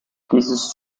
dieses